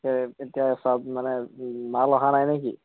তে এতিয়া চব মানে মাল অহা নাই নেকি